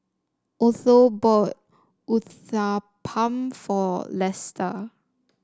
Otho bought Uthapam for Lesta